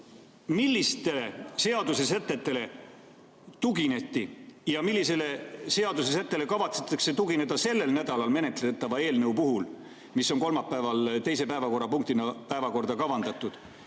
Millistele seadusesätetele tugineti ja millisele seadusesättele kavatsetakse tugineda sellel nädalal menetletava eelnõu puhul, mis on kolmapäeval teise päevakorrapunktina päevakorda kavandatud?